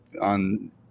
on